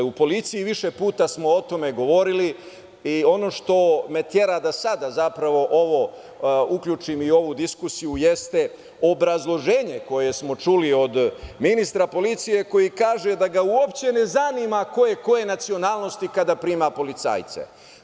U policiji, više puta smo o tome govorili, i ono što me tera da zapravo uključim u ovu diskusiju jeste obrazloženje koje smo čuli od ministara policije koji kaže da ga uopšte ne zanima ko je koje nacionalnosti kada prima policajce.